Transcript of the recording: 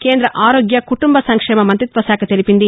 కేంద్ర ఆరోగ్య కుటుంబ సంక్షేమ మంతిత్వశాఖ తెలిపింది